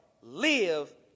live